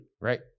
Right